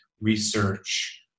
research